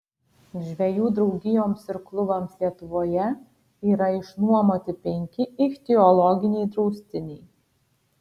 žvejų draugijoms ir klubams lietuvoje yra išnuomoti penki ichtiologiniai draustiniai